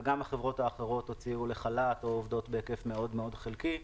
וגם החברות האחרות הוציאו לחל"ת או עובדות בהיקף מאוד חלקי,